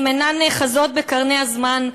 אם אינן נאחזות בקרני הזמן,